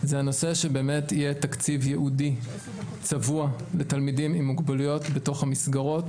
שיהיה תקציב ייעודי צבוע לתלמידים עם מוגבלויות בתוך המסגרות.